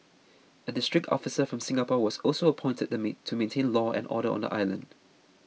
a district officer from Singapore was also appointed to maintain law and order on the island